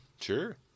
Sure